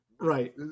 Right